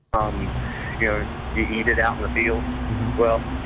um you know you eat it out in the fields well.